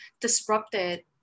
disrupted